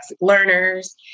learners